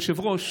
היושב-ראש,